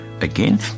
Again